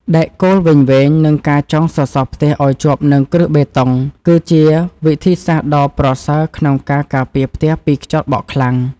ដែកគោលវែងៗ និងការចងសសរផ្ទះឱ្យជាប់នឹងគ្រឹះបេតុង គឺជាវិធីសាស្ត្រដ៏ប្រសើរក្នុងការការពារផ្ទះពីខ្យល់បក់ខ្លាំង។